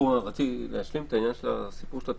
רציתי להשלים את הסיפור של התרבות.